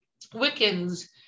wiccans